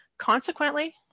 Consequently